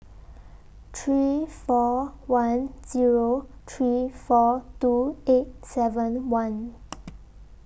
three four one Zero three four two eight seven one